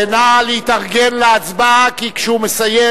נא להתארגן להצבעה, כי כשהוא מסיים,